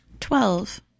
Twelve